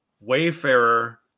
Wayfarer